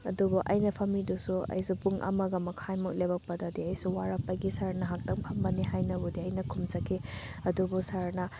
ꯑꯗꯨꯒ ꯑꯩꯅ ꯐꯝꯃꯤꯗꯨꯁꯨ ꯑꯩꯁꯨ ꯄꯨꯡ ꯑꯃꯒ ꯃꯈꯥꯏꯃꯨꯛ ꯂꯦꯄꯛꯄꯗꯗꯤ ꯑꯩꯁꯨ ꯋꯥꯔꯛꯄꯒꯤ ꯁꯥꯔ ꯅꯍꯥꯛꯇꯪ ꯐꯝꯕꯅꯤ ꯍꯥꯏꯅꯕꯨꯗꯤ ꯑꯩꯅ ꯈꯨꯝꯖꯈꯤ ꯑꯗꯨꯕꯨ ꯁꯥꯔꯅ